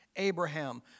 Abraham